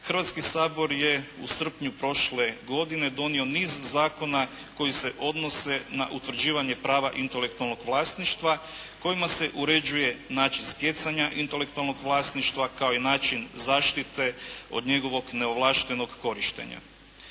Hrvatski sabor je u srpnju prošle godine donio niz zakona koji se odnose na utvrđivanje prava intelektualnog vlasništva kojima se uređuje način stjecanja intelektualnog vlasništva kao i način zaštite od njegovog neovlaštenog korištenja.